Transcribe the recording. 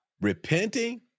repenting